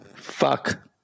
Fuck